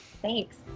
Thanks